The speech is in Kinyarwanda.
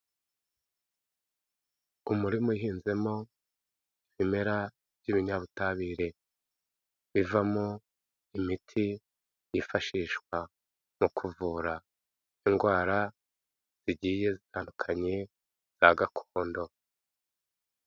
Umurima uhinzemo ibimera by'ibinyabutabire, bivamo imiti yifashishwa mu kuvura indwara zigiye zitandukanye za gakondo.